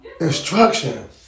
instruction